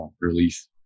release